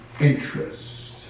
interest